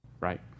Right